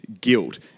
guilt